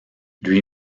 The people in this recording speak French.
lui